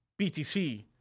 BTC